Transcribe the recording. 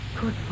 Good